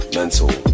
mental